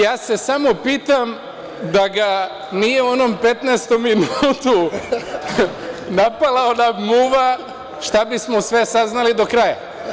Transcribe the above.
Ja se samo pitam, da ga nije u onom petnaestom minutu napala ona muva, šta bismo sve saznali do kraja?